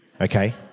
Okay